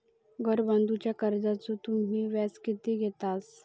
घर बांधूच्या कर्जाचो तुम्ही व्याज किती घेतास?